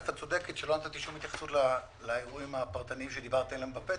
את צודקת שלא נתתי שום התייחסות לאירועים הפרטניים שדיברתם עליהם בפתח.